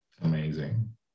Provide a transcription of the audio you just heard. Amazing